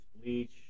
Bleach